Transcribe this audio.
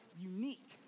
unique